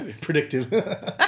Predictive